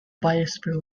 biosphere